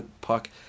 Puck